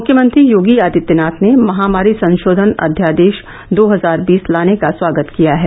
मुख्यमंत्री योगी आदित्यनाथ ने महामारी संशोषन अध्यादेश दो हजार बीस लाने का स्वागत किया है